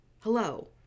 Hello